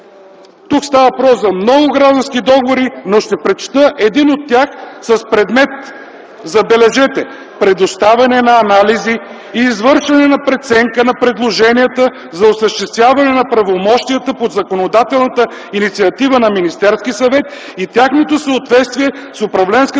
Тук става въпрос за много граждански договори, но ще прочета един от тях с предмет, забележете: „Предоставяне на анализи и извършване на преценка на предложенията за осъществяване на правомощията по законодателната инициатива на Министерския съвет и тяхното съответствие с управленската